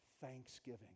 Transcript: thanksgiving